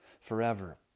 forever